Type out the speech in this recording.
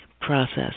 process